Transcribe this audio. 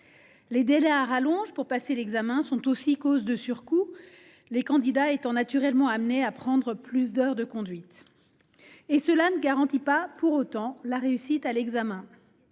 Les délais à rallonge pour passer l'examen sont aussi une cause de surcoût, les candidats étant naturellement amenés à prendre plus d'heures de conduite, sans que cela garantisse la réussite à l'examen.